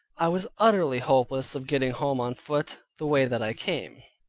i was utterly hopeless of getting home on foot, the way that i came.